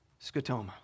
scotoma